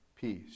Peace